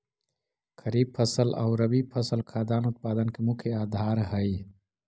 खरीफ फसल आउ रबी फसल खाद्यान्न उत्पादन के मुख्य आधार हइ